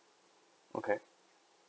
okay